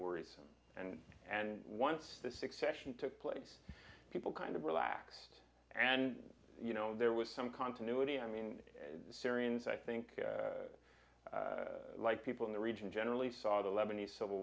worrisome and and once the succession took place people kind of relaxed and you know there was some continuity i mean syrians i think like people in the region generally saw the lebanese civil